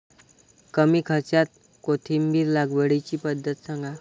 कमी खर्च्यात कोथिंबिर लागवडीची पद्धत सांगा